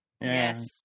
Yes